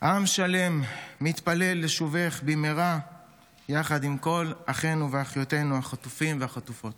עם שלם מתפלל לשובך במהרה יחד עם כל אחינו ואחיותינו החטופים והחטופות.